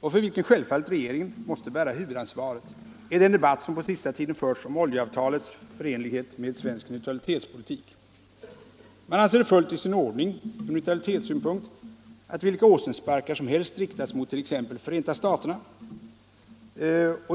och för vilken självfallet regeringen måste bära huvudansvaret, är den debatt som på sista tiden förts om oljeavtalets förenlighet med svensk neutralitetspolitik. Man anser det fullt i sin ordning ur neutralitetssynpunkt att vilka åsnesparkar som helst riktas mot t.ex. Förenta staterna.